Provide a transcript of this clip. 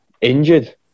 injured